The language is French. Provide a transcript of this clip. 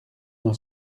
n’en